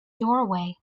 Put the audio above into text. doorway